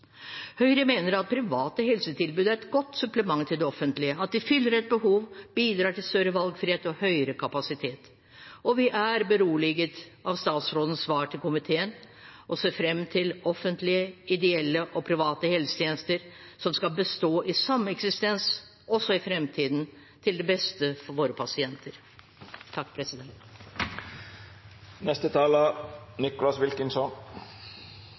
Høyre mener at private helsetilbud er et godt supplement til det offentlige, og at de fyller et behov, bidrar til større valgfrihet og høyere kapasitet. Vi er beroliget av statsrådens svar til komiteen og ser fram til offentlige, ideelle og private helsetjenester, som skal bestå i sameksistens også i framtiden til det beste for våre pasienter.